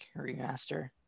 remaster